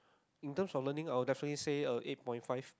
in terms of learning I will definitely say uh eight point five